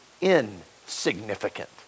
insignificant